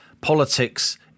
Politics